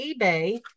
eBay